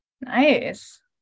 nice